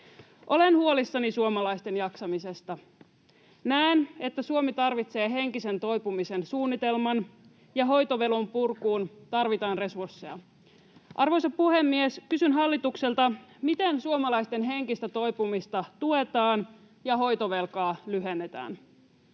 Olen huolissani suomalaisten jaksamisesta. Näen, että Suomi tarvitsee henkisen toipumisen suunnitelman, ja hoitovelan purkuun tarvitaan resursseja. Arvoisa puhemies! Kysyn hallitukselta: miten suomalaisten henkistä toipumista tuetaan ja hoitovelkaa lyhennetään?